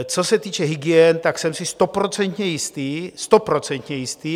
Co se týče hygien, tak jsem si stoprocentně jistý, stoprocentně jistý!